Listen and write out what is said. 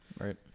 Right